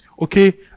Okay